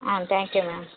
ah thank you ma'am